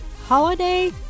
holiday